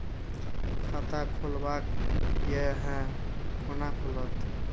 खाता खोलवाक यै है कोना खुलत?